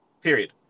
period